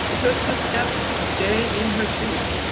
took the step to stay in her seat.